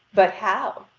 but how?